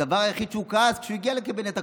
הדבר היחיד שעליו הוא כעס כשהוא הגיע לקבינט הקורונה,